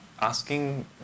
asking